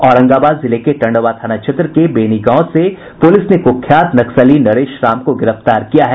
औरंगाबाद जिले के टंडवा थाना क्षेत्र के बेनी गांव से पुलिस ने कुख्यात नक्सली नरेश राम को गिरफ्तार किया है